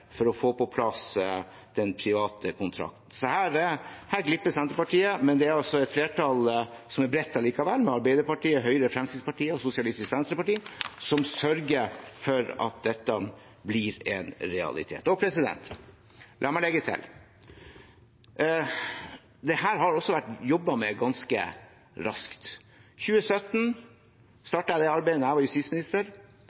for å få på plass den private kontrakten. Så her glipper Senterpartiet, men det er allikevel et flertall som er bredt, med Arbeiderpartiet, Høyre, Fremskrittspartiet og Sosialistisk Venstreparti, som sørger for at dette blir en realitet. La meg legge til: Dette har også vært jobbet med ganske raskt. I 2017